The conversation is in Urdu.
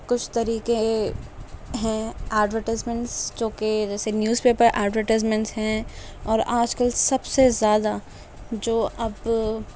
کچھ طریقے ہیں ایڈورٹائزمنٹس جو کہ جیسے نیوز پیپر ایڈورٹائزمنٹس ہیں اور آج کل سب سے زیادہ جو اب